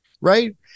right